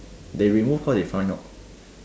they remove cause they find out